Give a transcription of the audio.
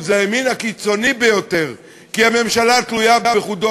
בשהותו במלחמה.